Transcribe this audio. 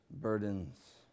burdens